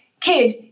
kid